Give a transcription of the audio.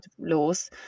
laws